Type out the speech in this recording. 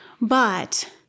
But-